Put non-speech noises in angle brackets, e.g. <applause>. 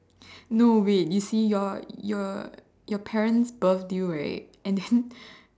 no wait you see your your your parents birthed you right and then <breath>